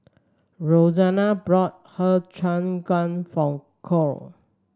Roseann brought Har Cheong Gai form Kole